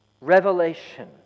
revelation